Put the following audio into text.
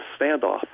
standoff